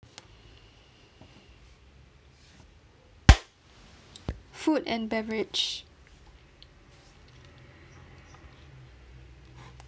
food and beverage